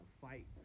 fight